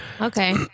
Okay